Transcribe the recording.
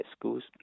schools